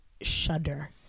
Shudder